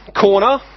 corner